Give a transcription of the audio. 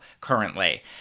currently